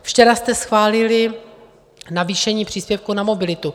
Včera jste schválili navýšení příspěvku na mobilitu.